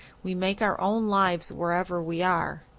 we make our own lives wherever we are,